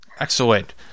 Excellent